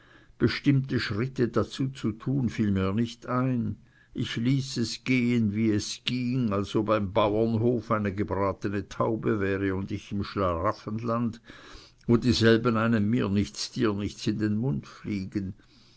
bestimmte schritte dazu zu tun fiel mir nicht ein ich ließ es gehen wie es ging als ob ein bauernhof eine gebratene taube wäre und ich im schlaraffenland wo dieselben einem mir nichts dir nichts in den mund fliegen